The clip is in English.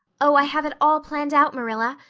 oh, i have it all planned out, marilla.